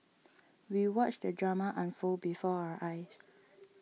we watched the drama unfold before our eyes